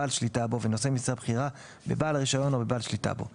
בעל שליטה בו ונושא משרה בכירה בבעל הרישיון או בבעל שליטה בו;